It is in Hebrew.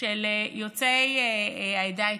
של יוצאי העדה האתיופית,